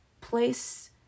place